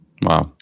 Wow